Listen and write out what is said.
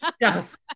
Yes